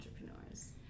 entrepreneurs